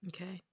Okay